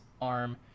arm